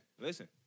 listen